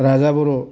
राजा बर'